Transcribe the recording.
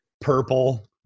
purple